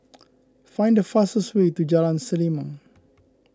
find the fastest way to Jalan Selimang